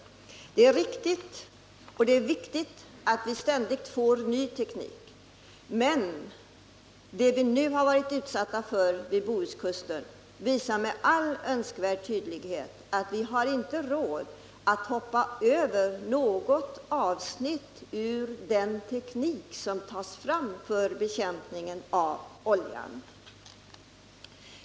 Det är riktigt och viktigt att vi ständigt får ny teknik. Men det vi nu har varit utsatta för vid Bohuskusten visar med all önskvärd tydlighet att vi inte har råd att hoppa över något avsnitt i den teknik som tas fram för bekämpningen av olja.